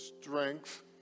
strength